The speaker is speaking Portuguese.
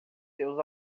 seus